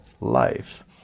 life